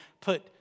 put